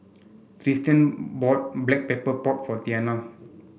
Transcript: Tristian bought Black Pepper Pork for Tianna